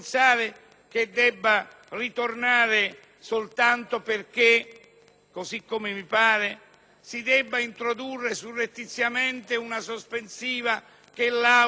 così come mi pare, si debba introdurre surrettiziamente una sospensiva che l'Assemblea ha bocciato con un voto.